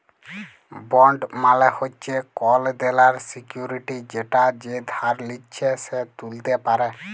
bond মালে হচ্যে collateral security যেটা যে ধার লিচ্ছে সে ত্যুলতে পারে